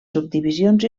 subdivisions